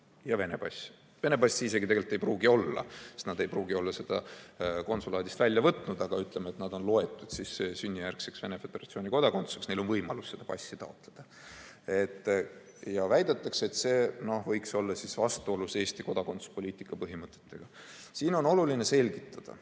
ja Vene pass. Vene passi isegi ei pruugi olla, sest nad ei pruugi olla seda konsulaadist välja võtnud, aga ütleme, et neid loetakse sünnijärgseteks Venemaa Föderatsiooni kodanikeks. Neil on võimalus seda passi taotleda. Ja väidetakse, et see võib olla vastuolus Eesti kodakondsuspoliitika põhimõtetega. Siin on oluline selgitada,